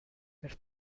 per